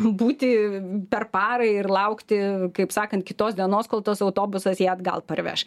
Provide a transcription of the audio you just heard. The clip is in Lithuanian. būti per parą ir laukti kaip sakant kitos dienos kol tas autobusas ją atgal parveš